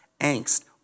angst